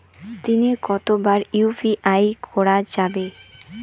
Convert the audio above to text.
দিনে কতবার ইউ.পি.আই করা যাবে?